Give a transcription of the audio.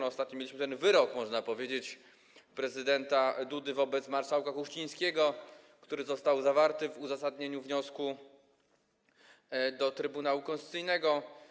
Ostatnio mieliśmy wyrok, można powiedzieć, prezydenta Dudy wobec marszałka Kuchcińskiego, który został zawarty w uzasadnieniu wniosku do Trybunału Konstytucyjnego.